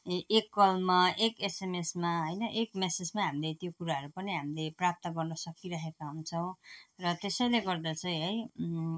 ए एक कलमा एक एसएमएसमा होइन एक मेसेजमा हामीले त्यो कुराहरू पनि हामीले प्राप्त गर्न सकिरहेका हुन्छौँ र त्यसले गर्दा चाहिँ है